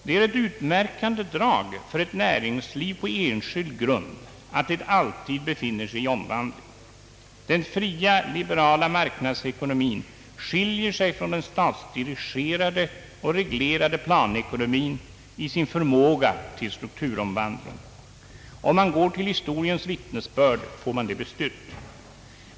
Det är ett utmärkande drag för ett näringsliv på enskild grund att det alltid befinner sig i omvandling. Den fria liberala marknadsekonomin skiljer sig från den statsdirigerade och reglerade planekonomin genom sin förmåga till strukturomvandling. Om man går till historiens vittnesbörd får man detta bestyrkt.